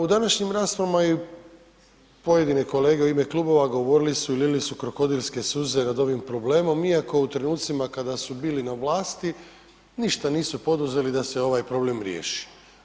U današnjim raspravama i pojedine kolege u ime klubova govorili su i lili su krokodilske suze nad ovim problemom iako u trenucima kada su bili na vlasti ništa nisu poduzeli da se ovaj problem riješi.